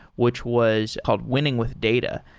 which was called wining with data.